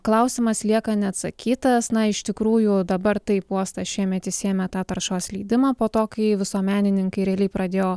klausimas lieka neatsakytas na iš tikrųjų dabar taip uostas šiemet išsiėmė tą taršos leidimą po to kai visuomenininkai realiai pradėjo